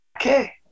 Okay